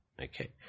Okay